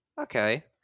okay